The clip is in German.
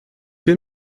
will